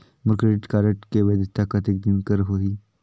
मोर credit card के वैधता कतेक दिन कर होही?